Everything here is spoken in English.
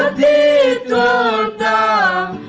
da da